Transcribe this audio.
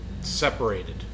separated